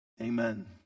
amen